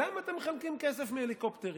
למה אתם מחלקים כסף מהליקופטרים?